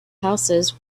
houses